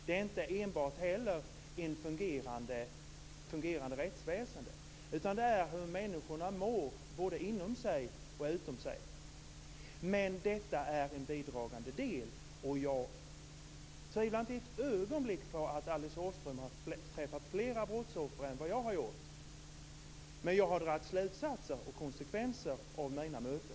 Det är inte heller enbart ett fungerande rättsväsende. Det är hur människorna mår både inom sig och utom sig. Men detta är en bidragande del. Jag tvivlar inte ett ögonblick på att Alice Åström har träffat fler brottsoffer än vad jag har gjort, men jag har dragit slutsatser och tagit konsekvenserna av mina möten.